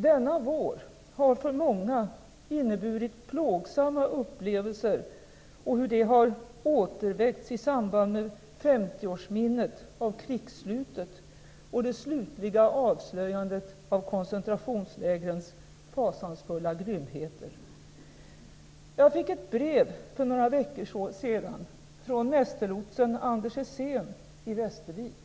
Denna vår har för många inneburit att plågsamma upplevelser återväckts i samband med 50-årsminnet av krigsslutet och det slutgiltiga avslöjandet av koncentrationslägrens fasansfulla grymheter. Jag fick ett brev för några veckor sedan, från mästerlotsen Anders Esseen i Västervik.